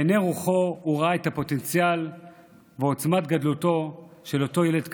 בעיני רוחו הוא ראה את הפוטנציאל ואת עוצמת גדלותו של אותו ילד קטן.